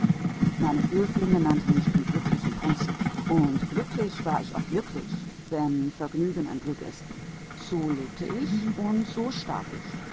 meine höflinge nannten mich den glücklichen prinzen und glücklich war ich in der tat wenn vergnügen glück bedeutet so lebte ich und so starb ich